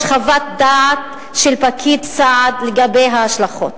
חוות דעת של פקיד סעד לגבי ההשלכות.